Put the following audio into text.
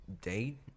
date